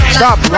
stop